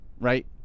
right